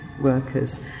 workers